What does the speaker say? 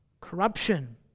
corruption